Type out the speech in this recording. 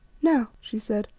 now, she said,